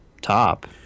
top